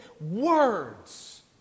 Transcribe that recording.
words